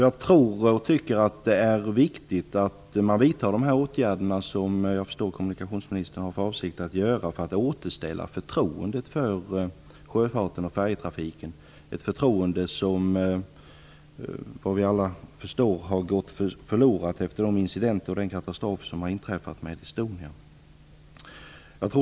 Jag tycker att det viktigt att man vidtar de åtgärder som jag förstår att kommunikationsministern har för avsikt att göra för att återställa förtroendet för sjöfarten och färjetrafiken. Det är ett förtroende som gått förlorat efter de incidenter som förekommit och den katastrof som inträffat med Estonia.